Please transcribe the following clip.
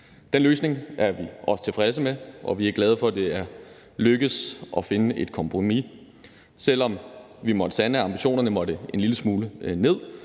Den løsning er vi også tilfredse med, og vi er glade for, at det er lykkedes at finde et kompromis. Selv om vi måtte sande, at ambitionerne måtte en lille smule ned,